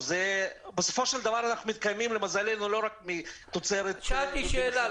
בסופו של דבר אנחנו מתקיימים למזלנו לא רק מתוצרת --- שאלתי שאלה.